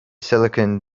silicon